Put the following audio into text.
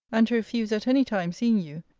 and to refuse at any time seeing you,